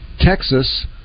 Texas